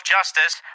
Justice